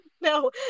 no